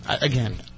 Again